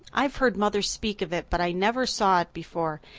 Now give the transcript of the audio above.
i've heard mother speak of it but i never saw it before,